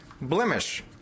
blemish